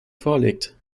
vorlegt